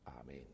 Amen